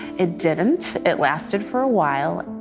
it didn't. it lasted for a while.